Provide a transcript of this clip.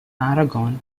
aragon